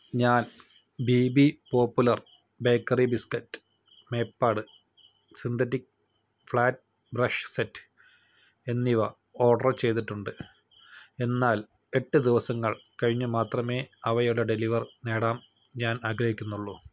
ഞാൻ BB popular bakery biscuit മേപ്പാട് synthetic flat brush set എന്നിവ ഓർഡർ ചെയ്തിട്ടുണ്ട് എന്നാൽ എട്ട് ദിവസങ്ങൾ കഴിഞ്ഞ് മാത്രമേ അവയുടെ ഡെലിവർ നേടാൻ ഞാൻ ആഗ്രഹിക്കുന്നുള്ളൂ